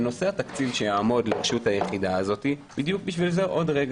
בנושא התקציב שיעמוד לרשות היחידה הזאת בדיוק בגלל זה עוד מעט